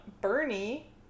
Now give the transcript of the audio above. bernie